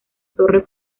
torre